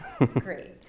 Great